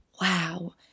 wow